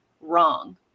wrong